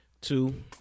two